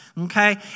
Okay